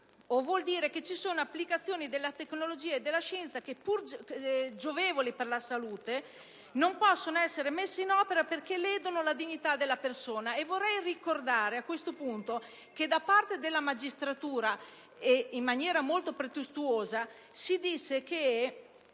vuol dire che ci sono applicazioni della tecnologia e della scienza che, pur giovevoli per la salute, non possono essere messe in opera perché ledono la dignità della persona. E vorrei ricordare, a questo punto, che da parte della magistratura, in maniera molto pretestuosa, si disse che